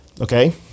okay